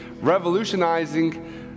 revolutionizing